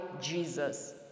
Jesus